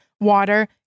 water